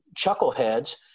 chuckleheads